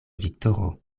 viktoro